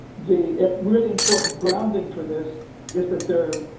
the really important grounding for this is that they're.